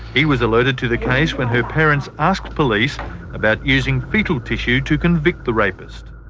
he was alerted to the case when her parents asked police about using foetal tissue to convict the rapist.